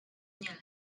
nie